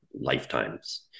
lifetimes